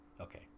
Okay